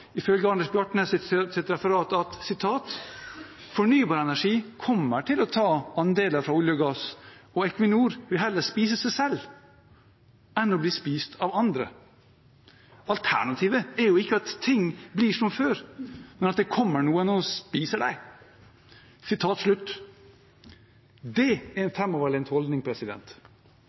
ifølge Anders Bjartnes’ referat, at «fornybar energi kommer til å ta andeler fra olje og gass», og Equinor vil heller spise seg selv enn å bli spist av andre. «Alternativet er jo ikke at ting blir som før, men at det kommer noen og spiser deg!». Det er en framoverlent holdning.